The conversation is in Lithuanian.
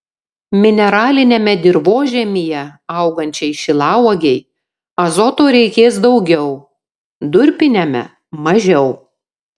mineraliniame dirvožemyje augančiai šilauogei azoto reikės daugiau durpiniame mažiau